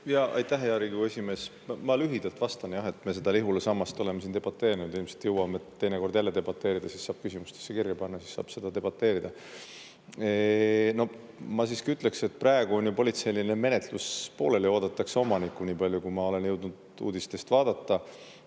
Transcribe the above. hea Riigikogu esimees! Ma lühidalt vastan. Me seda Lihula samba [teemal] oleme siin debateerinud ja ilmselt jõuame teinekord jälle debateerida, saab küsimustesse kirja panna, siis saab seda debateerida. Ma siiski ütleksin, et praegu on ju politseiline menetlus pooleli, oodatakse omanikku, nii palju kui ma olen jõudnud uudistest vaadata.